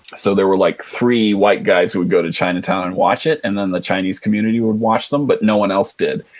so there was like three white guys who would go to chinatown and watch it and then the chinese community would watch them, but no one else did.